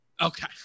okay